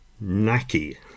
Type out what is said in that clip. Naki